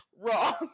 Wrong